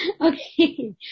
Okay